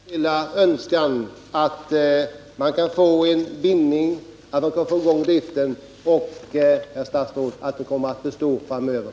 Herr talman! Min lilla önskan är att man skulle kunna få en bindning därvidlag, så att företaget inte bara garanterar att driften skall komma i gång utan också att den kommer att bestå framöver.